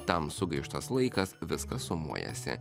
tam sugaištas laikas viskas sumuojasi